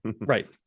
Right